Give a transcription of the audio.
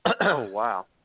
Wow